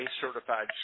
certified